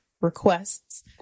requests